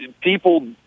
People